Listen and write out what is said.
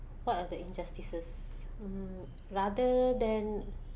what are the injustices mm rather than